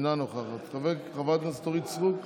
אינה נוכחת, חברת הכנסת אורית סטרוק,